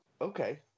okay